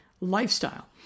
lifestyle